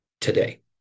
today